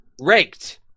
Raked